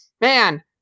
man